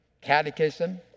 Catechism